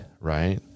right